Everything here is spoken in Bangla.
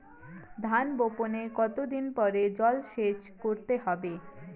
ধান বপনের কতদিন পরে জল স্প্রে করতে হবে?